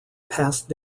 passed